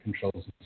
controls